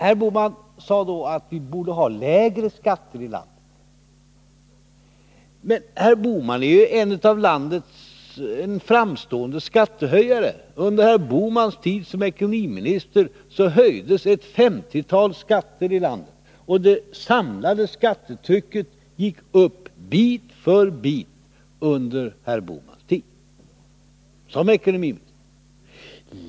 Herr Bohman sade att vi borde ha litet lägre skatter i landet. Men herr Bohman är ju en landets mest framstående skattehöjare: under hans tid som ekonomiminister höjdes ett femtiotal skatter i landet, och det samlade skattetrycket gick upp bit för bit under hans tid som ekonomiminister.